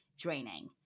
draining